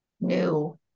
new